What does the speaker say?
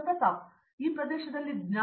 ಪ್ರತಾಪ್ ಹರಿದಾಸ್ ಈ ಪ್ರದೇಶದಲ್ಲಿ ಜ್ಞಾನ